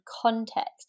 context